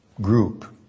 group